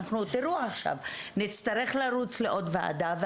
נצטרך עכשיו לרוץ לעוד ועדה,